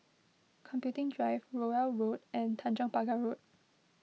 Computing Drive Rowell Road and Tanjong Pagar Road